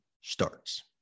starts